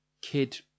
kid